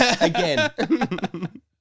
Again